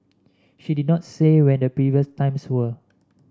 she did not say when the previous times were